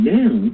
now